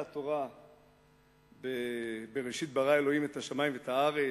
התורה ב"בראשית ברא אלוהים את השמים ואת הארץ"